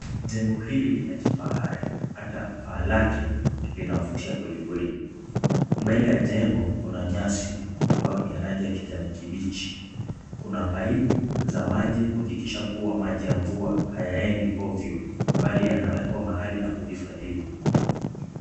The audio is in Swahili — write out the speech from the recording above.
Jengo hili ni la kifahari hata paa lake linavutia kwelikweli. Mbele ya jengo kuna nyasi ambayo ni ya rangi ya kijani kibichi. Kuna paipu za maji kuhakikisha kuwa maji ya mvua hayaendi ovyo bali yanaekwa mahali na kuhifadhiwa.